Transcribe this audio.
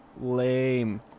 Lame